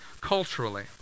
culturally